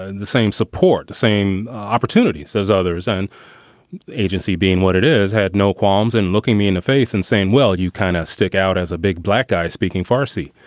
ah and the same support, same opportunities as others, an agency being what it is had no qualms and looking me in the face and saying, well, you kind of stick out as a big black guy speaking farsi.